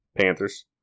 Panthers